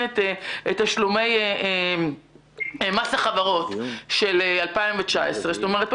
את תשלומי מס החברות של 2019. זאת אומרת,